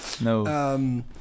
no